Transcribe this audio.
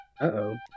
Uh-oh